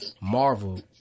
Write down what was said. Marvel